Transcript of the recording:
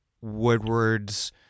Woodward's